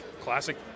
classic